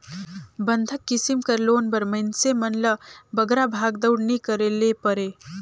बंधक किसिम कर लोन बर मइनसे मन ल बगरा भागदउड़ नी करे ले परे